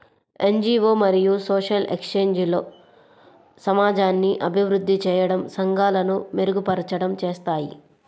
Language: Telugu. ఎన్.జీ.వో మరియు సోషల్ ఏజెన్సీలు సమాజాన్ని అభివృద్ధి చేయడం, సంఘాలను మెరుగుపరచడం చేస్తాయి